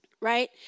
Right